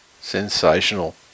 Sensational